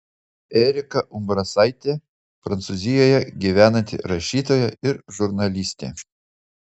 erika umbrasaitė prancūzijoje gyvenanti rašytoja ir žurnalistė